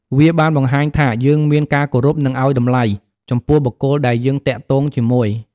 វាបានបង្ហាញថាយើងមានការគោរព និងអោយតម្លៃ ចំពោះបុគ្គលដែលយើងទាក់ទងជាមួយ។